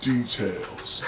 Details